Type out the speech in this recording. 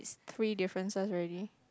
three differences already